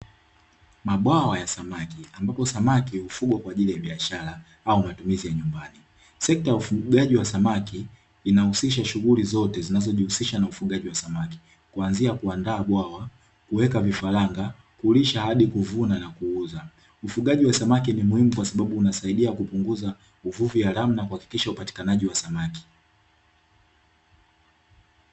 Mabwawa ya samaki ambapo samaki hufugwa kwa ajili ya biashara au matumizi ya nyumbani sekta ya ufugaji wa samaki inahusisha shughuli zote zinazojihusisha na ufugaji wa samaki kuanzia: kuandaa bwawa, kuweka vifaranga, kulisha, hadi kuvuna na kuuza. Ufugaji wa samaki ni muhimu kwa sababu unasaidia kupunguza uvuvi haramu na kuhakikisha upatikanaji wa samaki.